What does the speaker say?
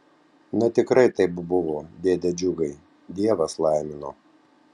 na tikrai taip buvo dėde džiugai dievas laimino